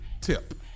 tip